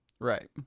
Right